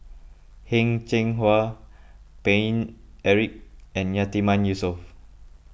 Heng Cheng Hwa Paine Eric and Yatiman Yusof